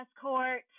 court